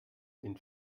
den